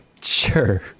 Sure